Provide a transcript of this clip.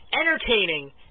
entertaining